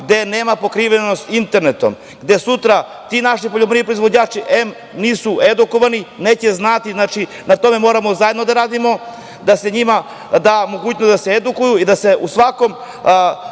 gde nema pokrivenosti internetom, gde sutra ti naši poljoprivredni proizvođači em nisu edukovani, neće znati. Na tome moramo zajedno da radimo, da se njima da mogućnost da se edukuju i da se u svakom